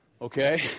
Okay